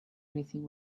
anything